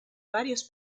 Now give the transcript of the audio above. varios